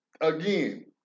again